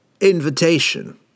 invitation